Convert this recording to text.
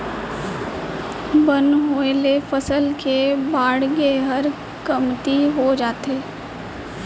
बन होय ले फसल के बाड़गे हर कमती हो जाथे